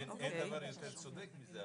אין דבר יותר צודק מזה,